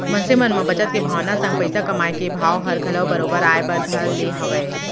मनसे मन म बचत के भावना संग पइसा कमाए के भाव हर घलौ बरोबर आय बर धर ले हवय